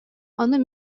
ону